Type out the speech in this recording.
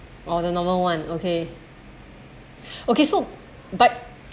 or the normal one okay okay so but